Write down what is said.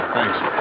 Thanks